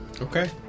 Okay